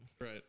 Right